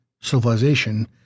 civilization